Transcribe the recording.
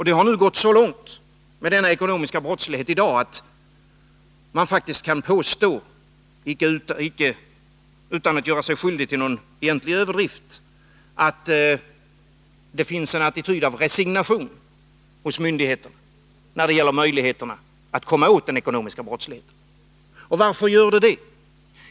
Det har nu gått så långt med den ekonomiska brottsligheten att man faktiskt kan påstå, utan att göra sig skyldig till någon egentlig överdrift, att det finns en attityd av resignation hos myndigheterna när det gäller möjligheterna att komma åt den ekonomiska brottsligheten. Varför har det blivit på det sättet?